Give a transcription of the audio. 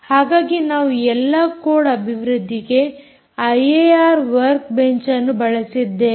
ಹಾಗಾಗಿ ನಾವು ಎಲ್ಲಾ ಕೋಡ್ ಅಭಿವೃದ್ದಿಗೆ ಐಏಆರ್ ವರ್ಕ್ ಬೆಂಚ್ ಅನ್ನು ಬಳಸಿದ್ದೇವೆ